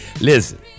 Listen